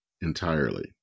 entirely